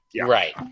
Right